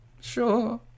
Sure